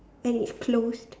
and it's closed